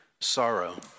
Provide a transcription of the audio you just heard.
sorrow